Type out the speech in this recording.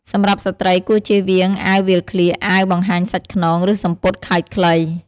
សម្រាប់ស្ត្រី គួរជៀសវាងអាវវាលក្លៀក អាវបង្ហាញសាច់ខ្នង ឬសំពត់ខើចខ្លី។